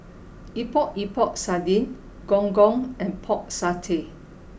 Epok Epok Sardin Gong Gong and Pork Satay